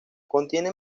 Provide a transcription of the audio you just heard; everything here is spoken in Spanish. contiene